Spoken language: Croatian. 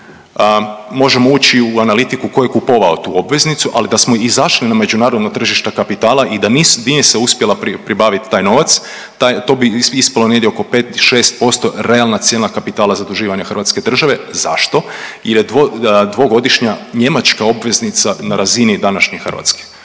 Možemo ući i u analitiku tko je kupovao tu obveznicu. Ali da smo izašli na međunarodno tržište kapitala i da nije se uspjela pribaviti taj novac to bi ispalo negdje oko 5, 6% realna cijena kapitala zaduživanja Hrvatske države. Zašto? Jer je dvogodišnja njemačka obveznica na razini današnje hrvatske